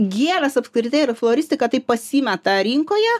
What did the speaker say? gėlės apskritai ir floristikataip pasimeta rinkoje